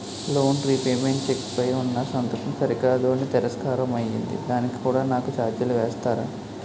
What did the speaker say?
Loan repayment cheque పై ఉన్నా సంతకం సరికాదు అని తిరస్కారం అయ్యింది దానికి కూడా నాకు ఛార్జీలు వేస్తారా?